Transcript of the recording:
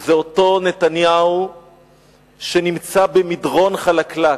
זה אותו נתניהו שנמצא במדרון חלקלק,